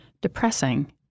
depressing